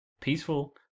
peaceful